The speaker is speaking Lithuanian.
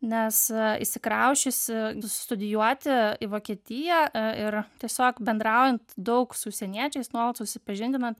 nes išsikrausčiusi studijuoti į vokietiją ir tiesiog bendraujant daug su užsieniečiais nuolat susipažindinant